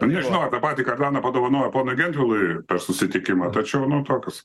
nežinau ar ką patį kardaną padovanojo ponui gentvilui per susitikimą tačiau toks